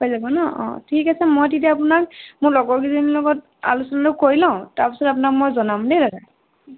হৈ যাব ন অ' ঠিক আছে মই তেতিয়া আপোনাক মোৰ লগৰ কেইজনীৰ লগত আলোচনাটো কৰি লওঁ তাৰপিছত আপোনাক মই জনাম দেই দাদা